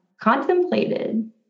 contemplated